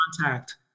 contact